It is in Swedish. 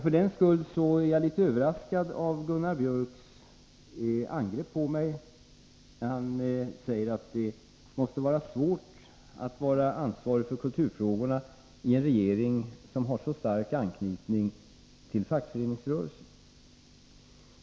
För den skull är jag litet överraskad av Gunnar Biörcks i Värmdö angrepp på mig, när han säger att det måste vara svårt att vara ansvarig för kulturfrågorna i en regering som har så stark anknytning till fackföreningsrörelsen.